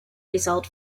result